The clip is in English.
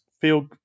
feel